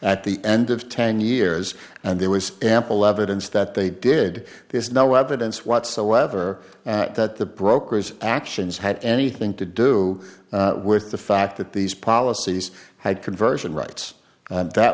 at the end of ten years and there was ample evidence that they did there's no evidence whatsoever that the broker's actions had anything to do with the fact that these policies had conversion rights